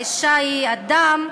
האישה היא אדם,